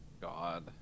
God